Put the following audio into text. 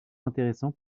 intéressant